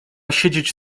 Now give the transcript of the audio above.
siedzieć